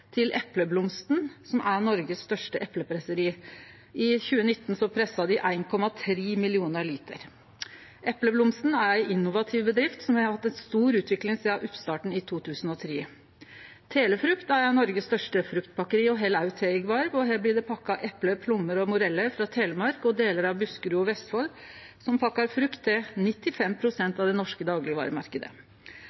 til Epleblomsten, som er Noregs største eplepresseri. I 2019 pressa dei 1,3 millionar liter. Epleblomsten er ei innovativ bedrift som har hatt ei stor utvikling sidan oppstarten i 2003. Telefrukt er Noregs største fruktpakkeri og held òg til i Gvarv. Her blir det pakka eple, plommer og morellar frå Telemark og delar av Buskerud og Vestfold, og dei pakkar frukt til 95